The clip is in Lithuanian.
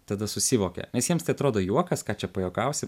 tada susivokia nes jiems atrodo juokas ką čia pajuokausi